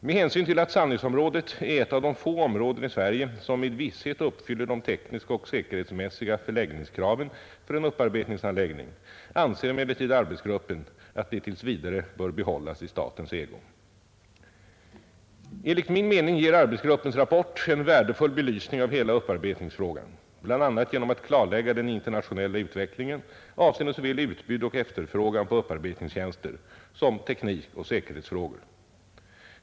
Med hänvisning till att Sannäsområdet är ett av de få områden i Sverige som med visshet uppfyller de tekniska och säkerhetsmässiga förläggningskraven för en upparbetningsanläggning anser emellertid arbetsgruppen att det tills vidare bör behållas i statens ägo. Enligt min mening ger arbetsgruppens rapport en värdefull belysning av hela upparbetningsfrågan, bl.a. genom att klarlägga den internationella utvecklingen avseende såväl utbud och efterfrågan på upparbetningstjänster som teknik och säkerhetsfrågor.